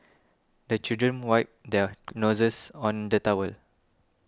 the children wipe their noses on the towel